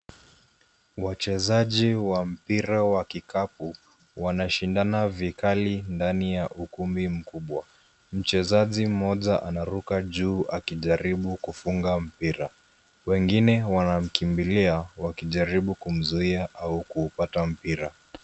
Wachezaji wa mpira wa vikapu wanashindana vikali ndani ya ukumbi mkubwa. Mchezaji mmoja naruka juu akijaribu kufunga mpira. Wengine wanamkimbilia wakijaribu kumzuia au kuupata mpira.